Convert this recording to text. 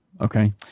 Okay